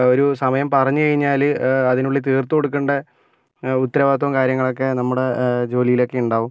ഒരു സമയം പറഞ്ഞു കഴിഞ്ഞാൽ അതിനുള്ളിൽ തീർത്ത് കൊടുക്കേണ്ട ഉത്തരവാദിത്വം കാര്യങ്ങളൊക്കെ നമ്മുടെ ജോലിയിലൊക്കെ ഉണ്ടാകും